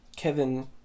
Kevin